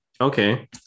okay